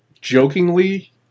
Jokingly